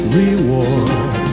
reward